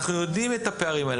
אנחנו יודעים את הפערים האלה.